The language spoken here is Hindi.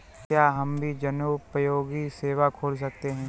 क्या हम भी जनोपयोगी सेवा खोल सकते हैं?